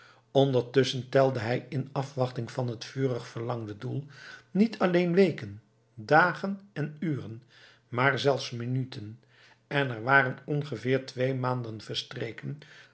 ondertusschen telde hij in afwachting van het vurig verlangde doel niet alleen weken dagen en uren maar zelfs minuten en er waren ongeveer twee maanden verstreken